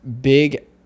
big